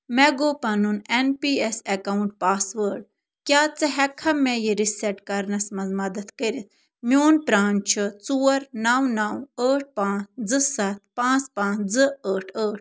مےٚ گوٚو پَنُن N P S account password کیٛاہ ژٕ ہؠکہٕ مےٚ یہ رِسیٚٹ کرنس منٛز مدد کٔرتھ میون پران چھِ ژور نَو نَو ٲٹھ پانٛژھ زٕ سَتھ پانٛژھ پانٛژھ زٕ ٲٹھ ٲٹھ